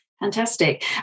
Fantastic